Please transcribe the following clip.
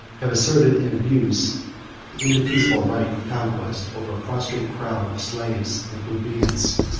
have asserted and abused the indefeasible right of conquest over a prostrate crowd of slaves and plebeians,